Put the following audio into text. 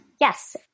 Yes